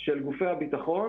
מערכת הביטחון